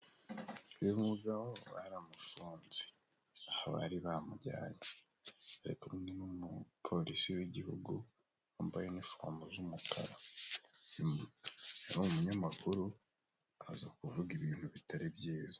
Uyu mugabo baramufunze aha bari bamujyanye bari kumwe n'umupolisi w'igihugu wambaye inifomo z'umukara yari umunyamakuru aza kuvuga ibintu bitari byiza.